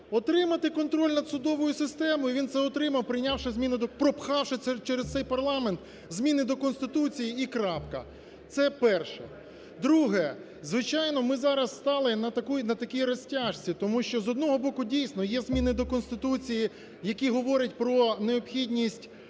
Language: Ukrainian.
отримати контроль над судовою системою. І він це отримав, прийнявши зміни до… пропхавши через цей парламент зміни до Конституції і крапка. Це перше. Друге. Звичайно, ми зараз стали на такій розтяжці, тому що, з одного боку, дійсно є зміни до Конституції, які говорять про необхідність